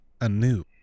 anew